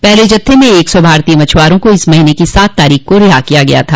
पहले जत्थे में एक सौ भारतीय मछुआरों को इस महीने की सात तारीख को रिहा किया गया था